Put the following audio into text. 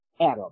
Adam